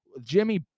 Jimmy